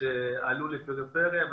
שעלו לפריפריה.